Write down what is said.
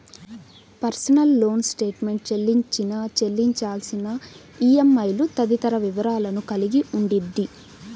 personal loan statement చెల్లించిన, చెల్లించాల్సిన ఈఎంఐలు తదితర వివరాలను కలిగి ఉండిద్ది